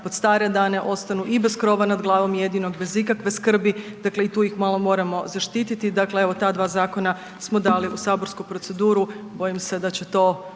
Pod stare dane ostanu i bez krova na glavom jedino, bez ikakve skrbi, dakle i tu ih malo moramo zaštiti, dakle evo, ta dva zakona smo dali u saborsku proceduru. Bojim se da će to